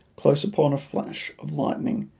close upon a flash of lightning,